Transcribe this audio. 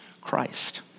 Christ